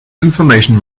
information